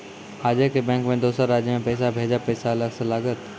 आजे के बैंक मे दोसर राज्य मे पैसा भेजबऽ पैसा अलग से लागत?